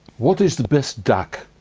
what is the best dac?